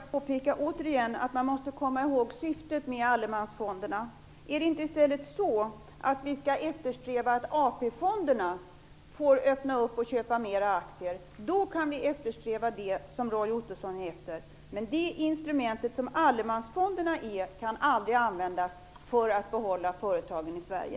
Fru talman! Roy Ottosson! Jag vill bara återigen påpeka att man måste komma ihåg syftet med allemansfonderna. Är det inte i stället så att vi skall eftersträva att AP-fonderna får köpa mer aktier? Om det blir möjligt kan vi också eftersträva det som Roy Ottosson efterlyser. Det instrument som allemansfonderna utgör kan emellertid aldrig användas för att behålla företagen i Sverige.